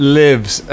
lives